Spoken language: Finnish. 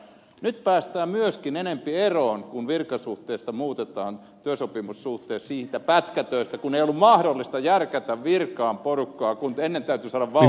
nyt päästään myöskin enemmän eroon kun virkasuhteesta muutetaan työsopimussuhteeseen siitä pätkätyöstä kun ei ollut mahdollista järkätä virkaan porukkaa kun ennen täytyi saada valtion rahoitus